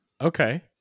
Okay